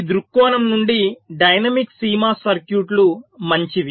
ఈ దృక్కోణం నుండి డైనమిక్ CMOS సర్క్యూట్లు మంచివి